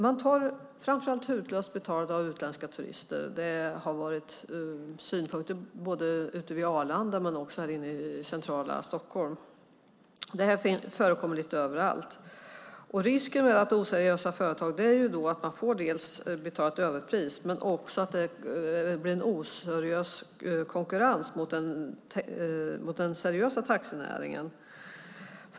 Man tar hutlöst betalt av framför allt utländska turister. Det har varit synpunkter på detta både ute vid Arlanda och inne i centrala Stockholm, men det förekommer lite överallt. Risken med oseriösa företag är dels att kunden får betala ett överpris, dels att det blir osund konkurrens med den seriösa taxinäringen.